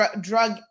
drug